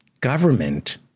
government